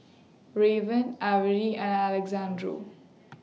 Raven Avery and Alexandro